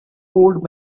old